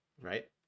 right